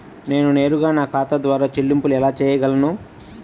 నేను నేరుగా నా ఖాతా ద్వారా చెల్లింపులు ఎలా చేయగలను?